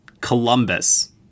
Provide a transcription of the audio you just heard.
Columbus